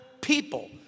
people